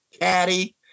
caddy